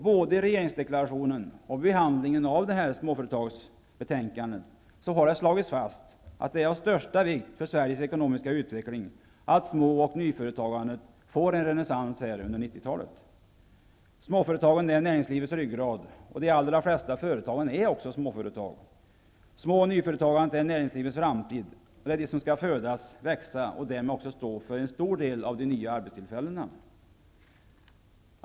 Både i regeringsdeklarationen och vid behandlingen av småföretagsbetänkandet har det slagits fast, att det är av största vikt för Sveriges ekonomiska utveckling att små och nyföretagandet får en renässans. Småföretagen är näringslivets ryggrad, och de allra flesta företag är småföretag. Små och nyföretagandet är näringslivets framtid. Det är de företagen som skall födas och växa och därmed också stå för en stor del av de nya arbetstillfällena.